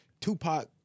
Tupac